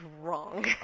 wrong